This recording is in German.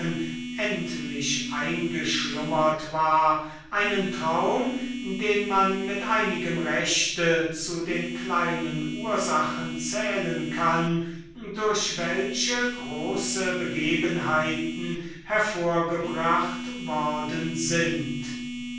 endlich eingeschlummert war einen traum den wir mit einigem recht zu den kleinen ursachen zählen können durch welche große begebenheiten hervorgebracht worden sind